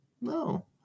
No